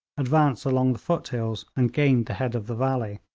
advanced along the foothills, and gained the head of the valley.